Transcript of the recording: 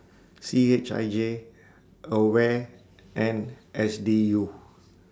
C H I J AWARE and S D U